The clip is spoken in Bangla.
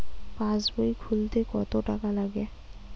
পাশবই খুলতে কতো টাকা লাগে?